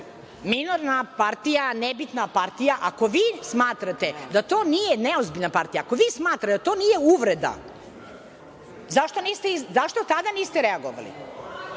minorna partija, nebitna partija. Ako vi smatrate da to nije neozbiljna partija, ako vi smatrate da to nije uvreda, zašto tada niste reagovali? Izvinite,